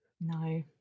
No